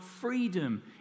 freedom